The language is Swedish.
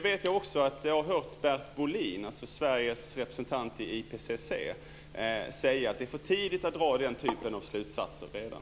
Jag har också hört Bert Bohlin, Sveriges representant i IPCC, säga att det är för tidigt att dra den typen av slutsatser redan.